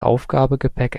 aufgabegepäck